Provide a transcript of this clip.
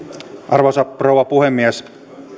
arvoisa rouva puhemies